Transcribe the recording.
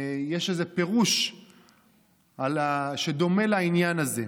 יש פירוש שדומה לעניין הזה,